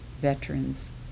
veterans